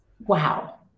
Wow